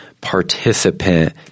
participant